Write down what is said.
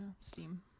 steam